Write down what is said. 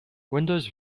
windows